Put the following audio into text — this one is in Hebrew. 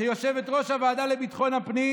בפרוטוקול יירשם שיושבת-ראש הוועדה לביטחון הפנים